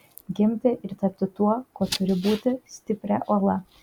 gimti ir tapti tuo kuo turiu būti stipria uola